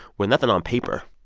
with nothing on paper.